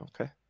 Okay